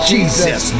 Jesus